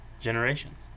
generations